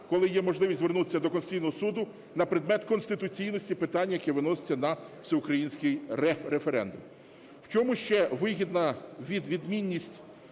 коли є можливість звернутися до Конституційного Суду на предмет конституційності питання, яке виноситься на всеукраїнський референдум. В чому ще вигідна відмінність